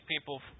people